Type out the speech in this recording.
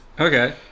Okay